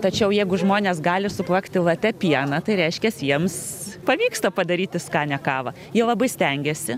tačiau jeigu žmonės gali suplakti late pieną tai reiškias jiems pavyksta padaryti skanią kavą jie labai stengiasi